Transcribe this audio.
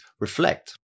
reflect